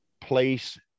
place